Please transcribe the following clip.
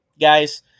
guys